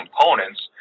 components